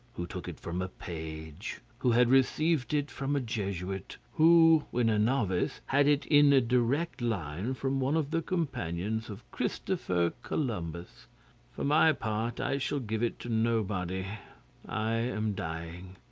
who took it from a page, who had received it from a jesuit, who when a novice had it in a direct line from one of the companions of christopher columbus. three for my part i shall give it to nobody i am dying.